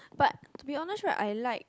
but to be honest right I like